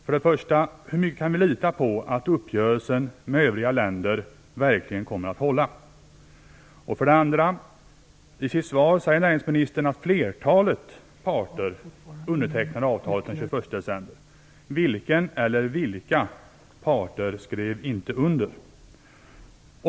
För det första: Hur mycket kan vi lita på att uppgörelsen med övriga länder verkligen kommer att hålla? För det andra: I sitt svar säger näringsministern att flertalet parter undertecknade avtalet den 21 december. Vilken eller vilka parter skrev inte under?